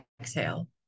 exhale